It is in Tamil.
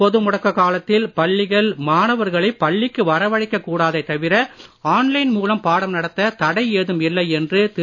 பொது முடக்க காலத்தில் பள்ளிகள் மாணவர்களை பள்ளிக்கு வரவழைக்க கூடாதே தவிர ஆன்லைன் மூலம் பாடம் நடத்த தடை ஏதும் இல்லை என்று திரு